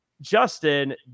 Justin